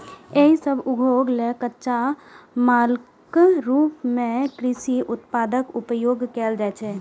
एहि सभ उद्योग लेल कच्चा मालक रूप मे कृषि उत्पादक उपयोग कैल जाइ छै